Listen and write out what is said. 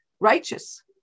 righteous